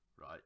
right